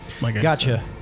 Gotcha